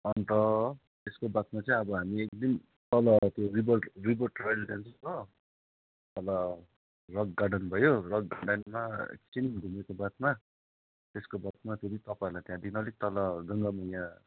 अन्त त्यसको बादमा चाहिँ अब हामी एक दिन तल त्यो रिभर रिभर ट्रायल जानु पर्छ तल रक गार्डन भयो रक गार्डनमा एकछिन घुमेको बादमा त्यसको बादमा फेरि तपाईँहरूलाई त्यहाँदेखि अलिक तल गङ्गा मैया